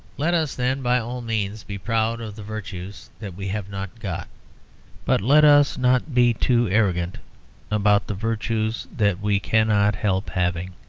let us then, by all means, be proud of the virtues that we have not got but let us not be too arrogant about the virtues that we cannot help having.